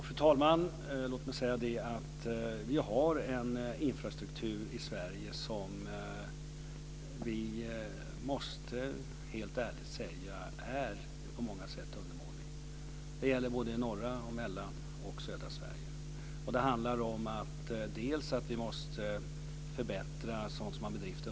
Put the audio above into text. Fru talman! Låt mig säga att vi har en infrastruktur i Sverige som vi måste helt ärligt säga på många sätt är undermålig. Det gäller norra och södra Sverige och Mellansverige. Det handlar om att vi måste förbättra drift och underhåll.